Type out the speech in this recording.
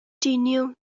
genial